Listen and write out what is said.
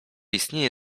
istnieje